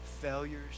failures